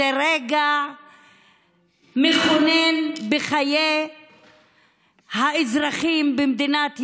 זה רגע מכונן בחיי האזרחים במדינת ישראל.